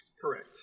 Correct